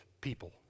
people